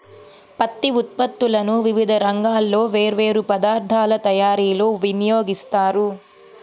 పత్తి ఉత్పత్తులను వివిధ రంగాల్లో వేర్వేరు పదార్ధాల తయారీలో వినియోగిస్తారు